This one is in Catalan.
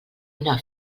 una